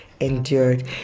endured